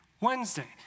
Wednesday